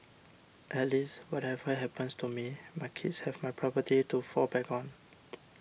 at least whatever happens to me my kids have my property to fall back on